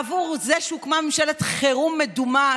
בעבור זה שהוקמה ממשלת חירום מדומה,